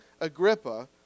Agrippa